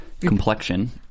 complexion